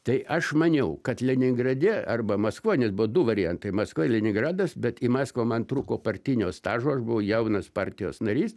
tai aš maniau kad leningrade arba maskvoj nes buvo du variantai maskva ir leningradas bet į maskvą man trūko partinio stažo aš buvau jaunas partijos narys